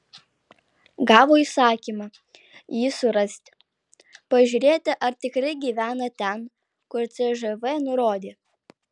gavo įsakymą jį surasti pažiūrėti ar tikrai gyvena ten kur cžv nurodė